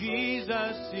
Jesus